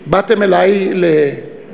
באתם אלי ללשכתי,